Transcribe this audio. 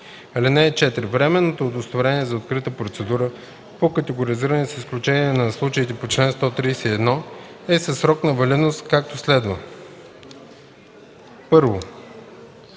(4) Временното удостоверение за открита процедура по категоризиране, с изключение на случаите по чл. 131, е със срок на валидност, както следва: 1.